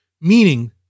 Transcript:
Meaning